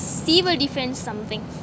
civil defence something